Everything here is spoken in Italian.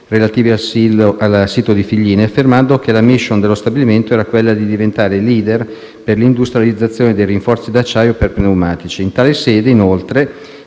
relativi al sito di Figline Valdarno, affermando che la *mission* dello stabilimento era quella di diventare *leader* nel settore dell'industrializzazione dei rinforzi d'acciaio per pneumatici. In tale sede, inoltre,